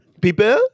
People